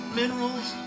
minerals